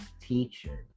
teacher